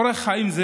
אורח חיים זה,